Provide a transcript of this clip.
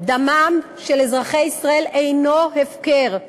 דמם של אזרחי ישראל אינו הפקר.